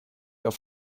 auf